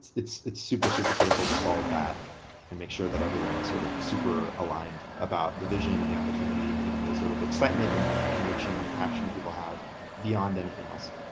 it's it's super, super critical to solve that and make sure that everyone is sort of super aligned the vision and the opportunity and the the sort of excitement and the conviction, passion people have beyond anything else.